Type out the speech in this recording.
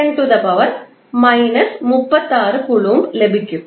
639 ∗ 10−16 coulomb ലഭിക്കും